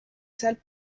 salle